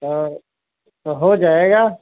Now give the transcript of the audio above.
हाँ तो हो जाएगा